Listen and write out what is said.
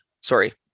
sorry